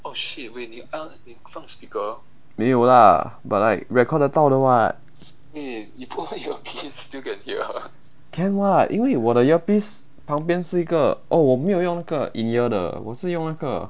没有 lah but like record 得到的 [what] can [what] 因为我的 earpiece 旁边是一个哦我没有用那个 in ear 的我是用那个